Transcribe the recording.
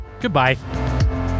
Goodbye